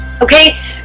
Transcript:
okay